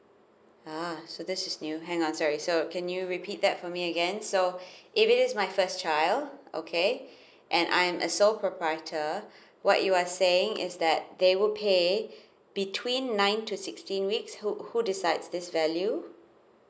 ah so this is new hang on sorry so can you repeat that for me again so if it is my first child okay and I am a sole proprietor what you are saying is that they would pay between nine to sixteen weeks who who decides this value